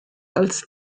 als